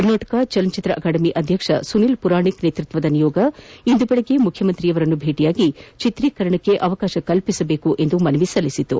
Karnataka Chalanachitra academy ಅಧ್ಯಕ್ಷ ಸುನಿಲ್ ಮರಾಣಿಕ್ ನೇತೃತ್ವದ ನಿಯೋಗ ಇಂದು ಬೆಳಿಗ್ಗೆ ಮುಖ್ಯಮಂತ್ರಿಯವರನ್ನು ಭೇಟಿಯಾಗಿ ಚಿತ್ರೀಕರಣಕ್ಕೆ ಅವಕಾಶ ಕಲ್ಪಿಸುವಂತೆ ಮನವಿ ಸಲ್ಲಿಸಿತು